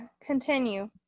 continue